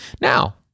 Now